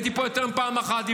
הייתי פה יותר מפעם אחת,